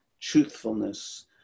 truthfulness